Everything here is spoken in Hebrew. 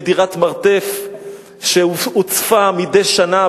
בדירת מרתף שהוצפה מדי שנה,